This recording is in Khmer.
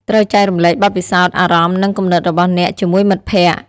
ត្រូវចែករំលែកបទពិសោធន៍ អារម្មណ៍ និងគំនិតរបស់អ្នកជាមួយមិត្តភក្តិ។